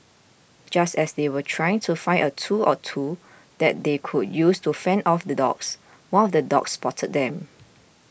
just as they were trying to find a tool or two that they could use to fend off the dogs one of the dogs spotted them